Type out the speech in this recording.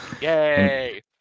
Yay